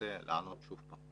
אנסה לענות שוב פעם.